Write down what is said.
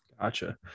Gotcha